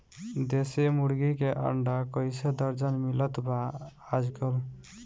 देशी मुर्गी के अंडा कइसे दर्जन मिलत बा आज कल?